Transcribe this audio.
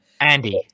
andy